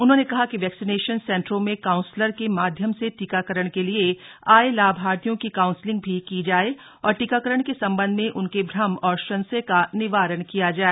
उन्होंने कहा कि वैक्सीनेशन सेंटरों में काउंसलर के माध्यम से टीकारकरण के लिए थे ये लाभार्थियों की काउंसलिंग भी की जाय और टीकाकरण के संबंध में उनके भ्रम और संशय का निवारण किया जाय